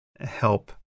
help